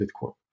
Bitcoin